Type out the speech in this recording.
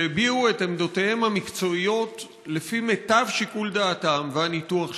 שהביעו את עמדותיהם המקצועיות לפי מיטב שיקול דעתם והניתוח שלהם.